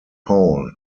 paul